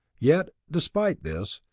yet, despite, this,